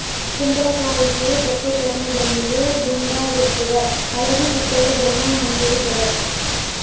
ಕುಂಬಳಕಾಯಿಯು ದಪ್ಪಚರ್ಮದೊಂದಿಗೆ ದುಂಡಾಗಿರ್ತದ ಹಳದಿ ಕಿತ್ತಳೆ ಬಣ್ಣ ಹೊಂದಿರುತದ